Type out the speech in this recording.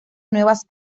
nuevas